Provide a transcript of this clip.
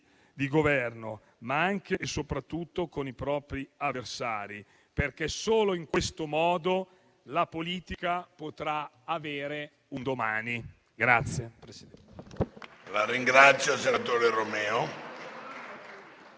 di Governo, ma anche e soprattutto con i propri avversari, perché solo in questo modo la politica potrà avere un domani.